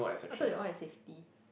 I thought that one is safety